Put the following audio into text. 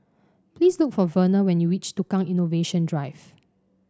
please look for Verner when you reach Tukang Innovation Drive